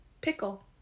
Pickle